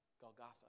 Golgotha